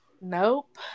Nope